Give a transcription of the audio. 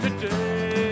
today